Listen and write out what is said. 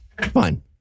Fine